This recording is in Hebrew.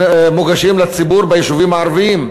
שמוגשים לציבור ביישובים הערביים.